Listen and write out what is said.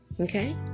Okay